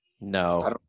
No